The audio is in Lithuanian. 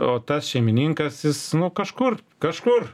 o tas šeimininkas jis nu kažkur kažkur